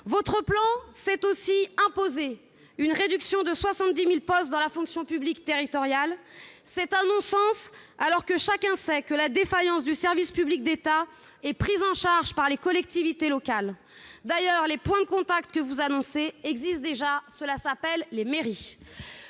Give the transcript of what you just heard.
Votre plan impose aussi une réduction de 70 000 postes dans la fonction publique territoriale. C'est un non-sens : chacun sait que la défaillance du service public d'État est prise en charge par les collectivités locales. D'ailleurs, les points de contact que vous annoncez existent déjà, ce sont les mairies